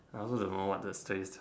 I also don't know what to say